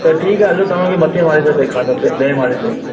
त ठीकु आहे हलो तव्हांखे मथे माले जो ॾेखारियां ॾह माले ते